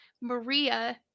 Maria